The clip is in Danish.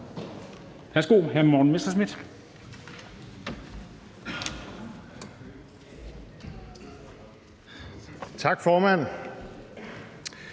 Tak, formand.